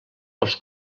dels